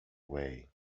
way